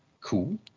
cool